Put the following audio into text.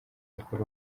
mukuru